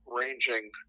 ranging